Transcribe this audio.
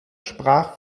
sprach